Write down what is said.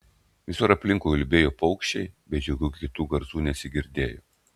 visur aplinkui ulbėjo paukščiai bet jokių kitų garsų nesigirdėjo